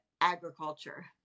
agriculture